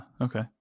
Okay